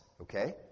okay